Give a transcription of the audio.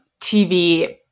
TV